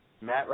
Matt